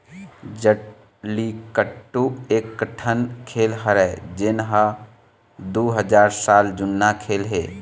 जल्लीकट्टू ए एकठन खेल हरय जेन ह दू हजार साल जुन्ना खेल हे